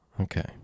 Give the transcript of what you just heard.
Okay